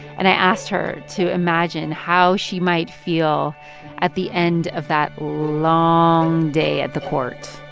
and i asked her to imagine how she might feel at the end of that long day at the court